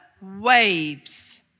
waves